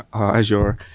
um azure,